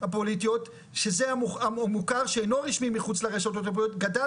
הפוליטיות שזה המוכר שאינו רשמי מחוץ לרשתות הפוליטיות גדל